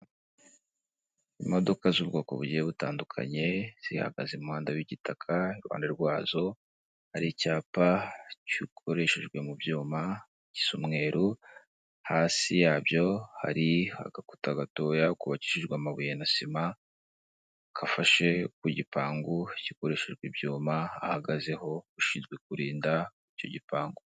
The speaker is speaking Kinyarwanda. Imodoka z'ubwoko bugiye butandukanye zihagaze mu muhanda w'igitaka. Iruhande rwazo hari icyapa gikoreshejwe mu byuma, gisa umweru, hasi yabyo hari agakuta gatoya kubabakishijwe amabuye na sima kafashe ku gipangu gikoreshejwe ibyuma hahagazeho ushinzwe kurinda icyo gipangu.